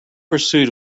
pursuit